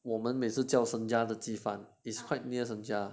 我们每次叫 senja 的鸡饭 is quite near senja